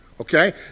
Okay